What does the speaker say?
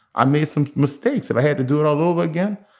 i made some mistakes. if i had to do it all over again,